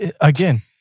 again